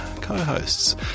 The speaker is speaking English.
co-hosts